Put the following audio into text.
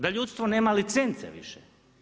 Da ljudstvo nema licence više.